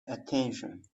attention